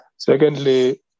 Secondly